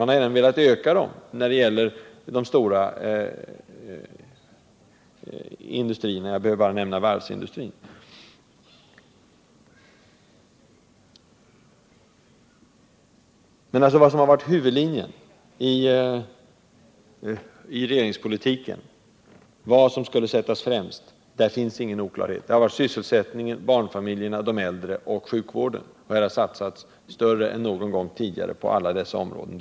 Man har även velat öka dem när det gäller de stora industrierna; jag behöver bara nämna varvsindustrin. Men det finns ingen oklarhet om vad som har varit huvudlinjen i regeringspolitiken, vad som skulle sättas främst. Det har varit sysselsättningen, barnfamiljerna, de äldre och sjukvården — och det har satsats mer än någon gång tidigare på alla dessa områden.